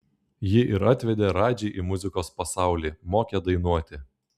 ji ir atvedė radžį į muzikos pasaulį mokė dainuoti